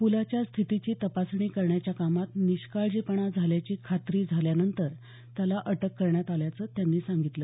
पुलाच्या स्थितीची तपासणी करण्याच्या कामात निष्काळजीपणा झाल्याची खात्री झाल्यानंतर त्याला अटक करण्यात आल्याचं त्यांनी सांगितलं